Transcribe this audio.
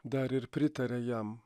dar ir pritaria jam